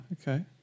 okay